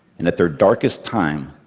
and at their darkest time,